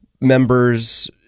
members